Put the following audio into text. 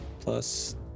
plus